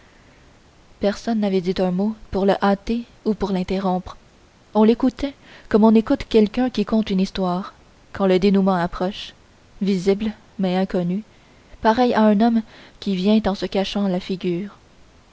personne n'avait dit un mot pour le hâter ou l'interrompre on l'écoutait comme on écoute quelqu'un qui conte une histoire quand le dénouement approche visible mais inconnu pareil à un homme qui vient en se cachant la figure